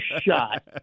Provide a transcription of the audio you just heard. shot